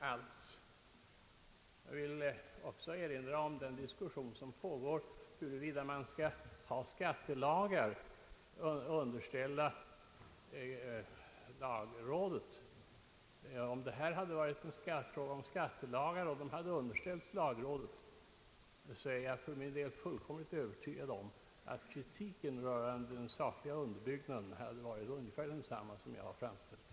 Slutligen må också påminnas om den diskussion som pågår huruvida förslag till skattelagar skall underställas lagrådet eller ej. Hade detta varit en skattelag och hade förslaget underställts lagrådet, är jag för min del fullkomligt övertygad om att kritiken rörande den sakliga underbyggnaden hade varit ungefär densamma som den jag har framfört.